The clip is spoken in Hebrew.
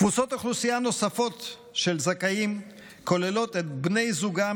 קבוצות אוכלוסייה נוספות של זכאים כוללות את בני זוגם